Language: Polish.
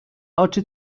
oczy